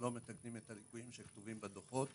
שלא מתקנים את הליקויים שכתובים בדוחות,